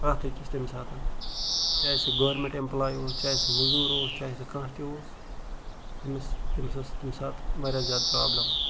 پرٛٮ۪تھ أکس تمہِ ساتن چاہے سُہ گورمیٚنٹ ایٚمپٕلاے اوس چاہے سُہ موٚزوٗر اوس چاہے سُہ کانہہ تہِ اوس تٔمس تٔمس ٲس تمہِ ساتہٕ واریاہ زیادٕ پرابلم